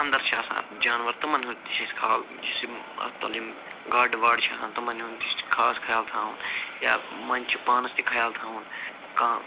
اَندَر چھِ آسان جانوَر تِمَن ہُنٛد تہِ چھِ اَسہِ خال یُس یِم اَتھ تَل یِم گاڈٕ واڈٕ چھِ آسان تِمَن ہُنٛد تہِ چھِ خاص خیال تھاوُن یا منٛزٕ چھِ پانَس تہِ خیال تھاوُن کانٛہہ